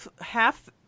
half